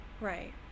Right